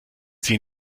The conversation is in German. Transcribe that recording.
sie